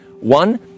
One